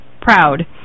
proud